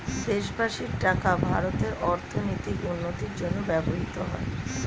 দেশবাসীর টাকা ভারতের অর্থনৈতিক উন্নতির জন্য ব্যবহৃত হয়